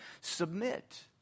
Submit